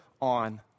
on